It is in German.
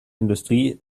industrie